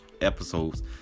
episodes